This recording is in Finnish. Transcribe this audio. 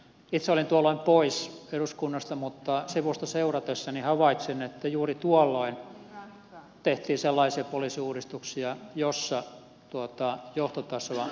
itse olin tuolloin pois eduskunnasta mutta sivusta seuratessani havaitsin että juuri tuolloin tehtiin sellaisia poliisiuudistuksia joissa johtotasoa lihavoitettiin